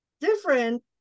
different